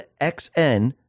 XN